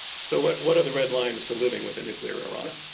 so what what are the red lines to living with a nuclear iran?